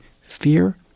fear